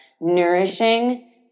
nourishing